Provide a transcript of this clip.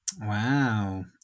Wow